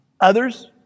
Others